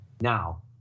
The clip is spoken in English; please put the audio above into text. Now